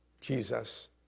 Jesus